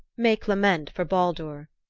make lament for baldur,